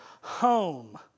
home